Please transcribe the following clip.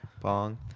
bong